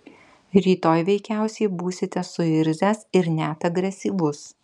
rytoj veikiausiai būsite suirzęs ir net agresyvus